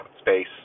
space